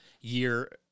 year